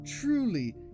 Truly